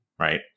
right